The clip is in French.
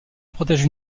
protège